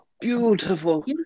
beautiful